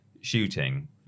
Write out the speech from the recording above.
shooting